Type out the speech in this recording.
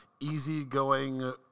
Easygoing